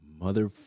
mother